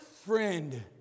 friend